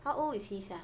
how old is he sia